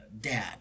dad